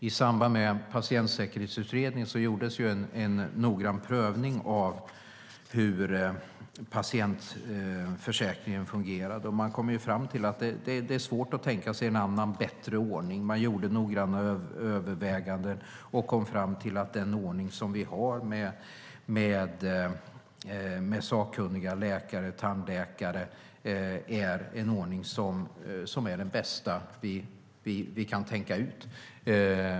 I samband med Patientsäkerhetsutredningen gjordes en noggrann prövning av hur patientförsäkringen fungerade. Man kom fram till att det är svårt att tänka sig någon annan och bättre ordning. Man gjorde noggranna överväganden och kom fram till att den ordning vi har, med sakkunniga läkare och tandläkare, är den bästa vi kan tänka ut.